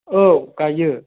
औ गायो